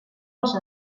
els